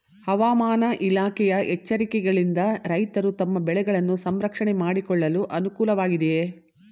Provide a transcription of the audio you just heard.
ಹವಾಮಾನ ಇಲಾಖೆಯ ಎಚ್ಚರಿಕೆಗಳಿಂದ ರೈತರು ತಮ್ಮ ಬೆಳೆಗಳನ್ನು ಸಂರಕ್ಷಣೆ ಮಾಡಿಕೊಳ್ಳಲು ಅನುಕೂಲ ವಾಗಿದೆಯೇ?